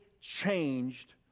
changed